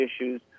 issues